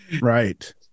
Right